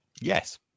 Yes